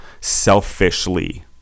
selfishly